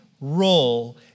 role